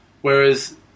Whereas